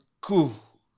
Cool